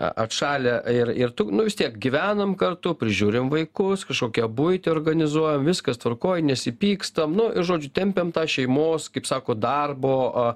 atšalę ir ir tu nu vis tiek gyvenam kartu prižiūrim vaikus kažkokią buitį organizuojam viskas tvarkoj nesipykstam nu ir žodžiu tempiam tą šeimos kaip sako darbo